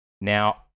Now